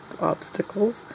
obstacles